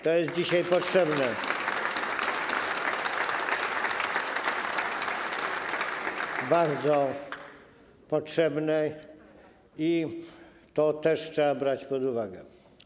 To jest dzisiaj potrzebne, bardzo potrzebne i to też trzeba brać pod uwagę.